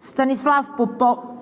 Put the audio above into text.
Станислав